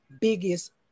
biggest